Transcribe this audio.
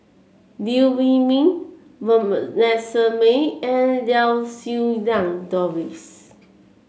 Liew Wee Mee Vanessa Mae and Lau Siew Lang Doris